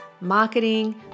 marketing